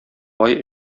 бай